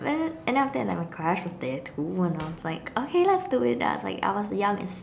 then and then after like my crush was there too when I was like okay let's do it then I was like I was young and